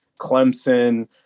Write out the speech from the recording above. Clemson